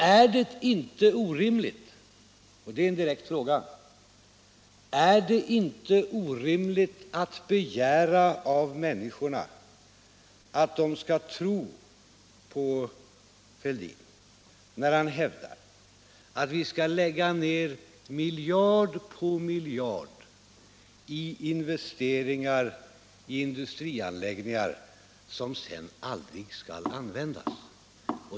Är det inte orimligt — och det är en direkt fråga — att begära av människorna att de skall tro på herr Fälldin när han hävdar att vi skall lägga ner miljard på miljard i investeringar i industrianläggningar, som sedan aldrig skall användas?